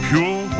Pure